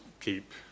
keep